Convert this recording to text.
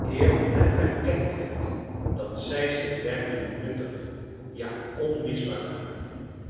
eer net erkend werd dat zij zich werkelijk nuttig ja onmisbaar maakte